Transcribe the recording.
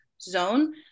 zone